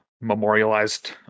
memorialized